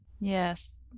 Yes